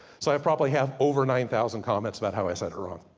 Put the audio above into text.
so i probably have over nine thousand comments, about how i said it wrong.